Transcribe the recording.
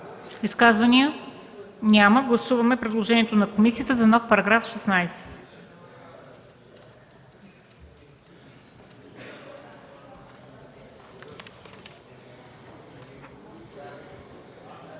Изказвания? Няма. Гласуваме предложението на комисията за нов § 16.